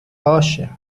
باشه